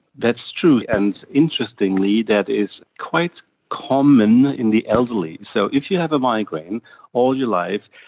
that's true, and interestingly that is quite common in the elderly. so if you have a migraine all your life,